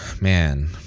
man